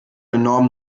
enorm